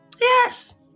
Yes